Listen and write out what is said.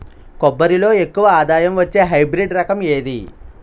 కొబ్బరి లో ఎక్కువ ఆదాయం వచ్చే హైబ్రిడ్ రకం ఏది?